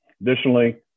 Additionally